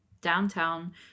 downtown